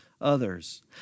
others